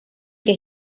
que